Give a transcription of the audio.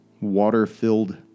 water-filled